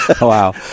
Wow